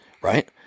right